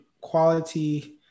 quality